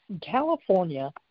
California